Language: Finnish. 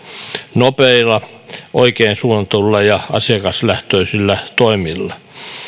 nopeilla oikein suunnitelluilla ja asiakaslähtöisillä toimilla